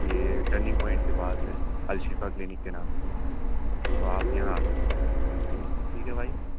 یہ turning point کے پاس ہے الشِفاء کلینک کے نام سے تو آپ یہاں آ سکتے ہیں ٹھیک ہے بھائی